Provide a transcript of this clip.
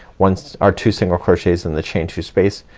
once or two single crochets in the chain two space,